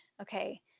okay